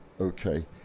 okay